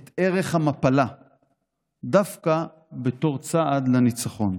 את ערך המפלה דווקא בתור צעד לניצחון.